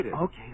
Okay